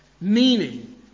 Meaning